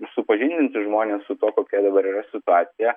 supažindinti žmones su tuo kokia dabar yra situacija